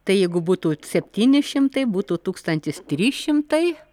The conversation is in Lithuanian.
tai jeigu būtų septyni šimtai būtų tūkstantis trys šimtai